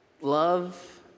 love